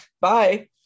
Bye